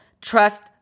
Trust